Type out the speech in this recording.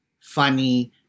funny